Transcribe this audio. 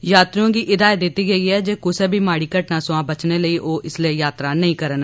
यात्रुएं गी हिदायत दित्ती गेई ऐ जे कुसा बी माड़ी घटना थमां बचने लेई ओह इसलै यात्रा नेई करन